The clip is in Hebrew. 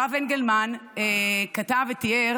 הרב אנגלמן כתב ותיאר